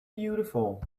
beautiful